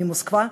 ממוסקבה,